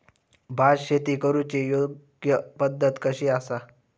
भात शेती करुची योग्य पद्धत कशी आसा?